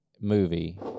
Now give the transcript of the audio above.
movie